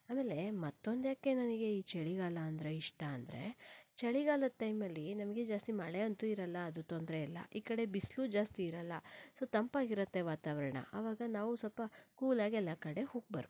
ಆಮೇಲೆ ಮತ್ತೊಂದು ಯಾಕೆ ನನಗೆ ಈ ಚಳಿಗಾಲ ಅಂದರೆ ಇಷ್ಟ ಅಂದರೆ ಚಳಿಗಾಲದ ಟೈಮಲ್ಲಿ ನಮಗೆ ಜಾಸ್ತಿ ಮಳೆ ಅಂತೂ ಇರಲ್ಲ ಅದು ತೊಂದರೆ ಇಲ್ಲ ಈ ಕಡೆ ಬಿಸಿಲೂ ಜಾಸ್ತಿ ಇರಲ್ಲ ಸೊ ತಂಪಾಗಿರತ್ತೆ ವಾತಾವರಣ ಆವಾಗ ನಾವು ಸ್ವಲ್ಪ ಕೂಲಾಗಿ ಎಲ್ಲ ಕಡೆ ಹೋಗ್ಬರ್ಬೋದು